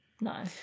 No